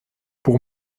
pour